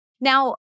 Now